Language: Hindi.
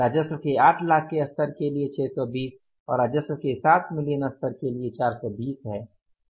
राजस्व के 8 लाख के स्तर के लिए 620 और राजस्व के 7 मिलियन के स्तर के लिए 420 है